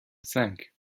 cinq